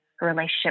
relationship